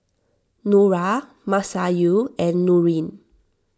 Nura Masayu and Nurin